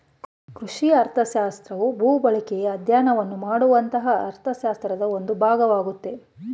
ಕೃಷಿ ಅರ್ಥಶಾಸ್ತ್ರವು ಭೂಬಳಕೆಯ ಅಧ್ಯಯನವನ್ನು ಮಾಡುವಂತಹ ಅರ್ಥಶಾಸ್ತ್ರದ ಒಂದು ಭಾಗವಾಗಯ್ತೆ